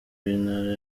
w’intara